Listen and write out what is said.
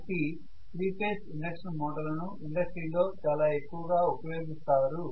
కాబట్టి 3 phase induction మోటార్లను industries లో చాలా ఎక్కువగా ఉపయోగిస్తారు